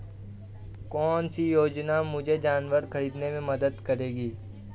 कौन सी योजना मुझे जानवर ख़रीदने में मदद करेगी?